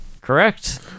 Correct